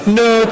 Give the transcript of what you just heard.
no